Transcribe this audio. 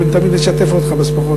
ותמיד נשתף אותך בשמחות האלה.